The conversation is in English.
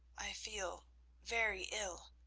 i feel very ill.